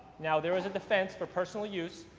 now there is a defense for personal use,